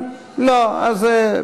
ההצעה אושרה